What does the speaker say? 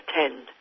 attend